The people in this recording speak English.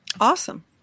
Awesome